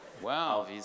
Wow